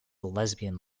lesbian